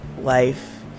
life